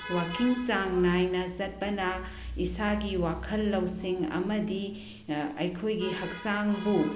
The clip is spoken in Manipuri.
ꯋꯥꯛꯀꯤꯡ ꯆꯥꯡ ꯅꯥꯏꯅ ꯆꯠꯄꯅ ꯏꯁꯥꯒꯤ ꯋꯥꯈꯜ ꯂꯧꯁꯤꯡ ꯑꯃꯗꯤ ꯑꯩꯈꯣꯏꯒꯤ ꯍꯛꯆꯥꯡꯕꯨ